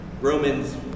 Romans